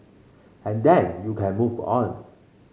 and then you can move on